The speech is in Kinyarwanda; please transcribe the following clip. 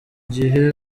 gihe